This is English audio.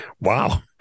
wow